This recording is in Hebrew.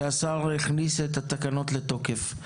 כשהשר יכניס את התקנות לתוקף.